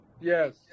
Yes